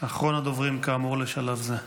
אחרון הדוברים, כאמור, לשלב זה.